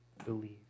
believe